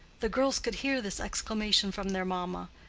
the girls could hear this exclamation from their mamma.